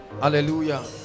Hallelujah